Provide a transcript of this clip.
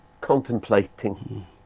contemplating